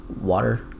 Water